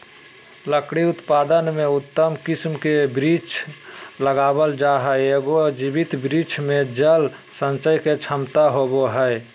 लकड़ी उत्पादन में उत्तम किस्म के वृक्ष लगावल जा हई, एगो जीवित वृक्ष मे जल संचय के क्षमता होवअ हई